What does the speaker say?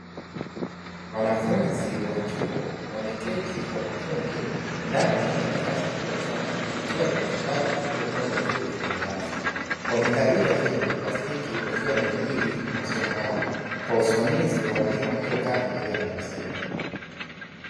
Wanafunzi wa chuo wameketi kwa makundi ndani ya darasa kubwa sana likiwa na vitabu vilivyopangwa vizuri kwenye rafu, wamekalia viti vya plastiki wakiwa wanajadili masomo yao kwa usimamizi wa walimu waliokaa mbele ya darasa hili.